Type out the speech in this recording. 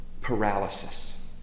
paralysis